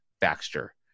Baxter